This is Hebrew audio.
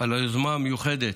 על היוזמה המיוחדת,